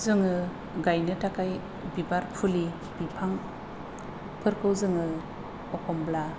जोङो गायनो थाखाय बिबार फुलि बिफांफोरखौ जोङो एखनब्ला